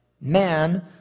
man